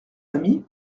amis